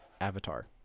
Avatar